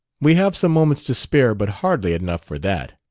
we have some moments to spare, but hardly enough for that.